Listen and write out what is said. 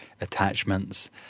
attachments